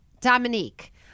Dominique